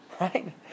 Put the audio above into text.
right